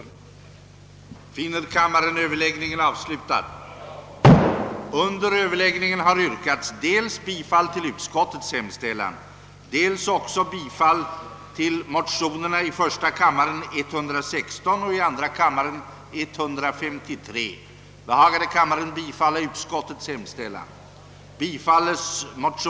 Härmed anhåller jag om ledighet från riksdagsarbetet under tiden fr.o.m. den 1 t.o.m. den 3 mars för deltagande i sammanträde med kommittéer inom Europarådet i Paris.